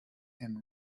and